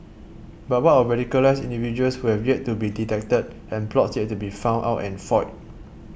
but what of radicalised individuals who have yet to be detected and plots yet to be found out and foiled